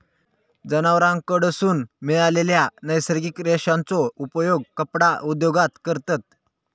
जनावरांकडसून मिळालेल्या नैसर्गिक रेशांचो उपयोग कपडा उद्योगात करतत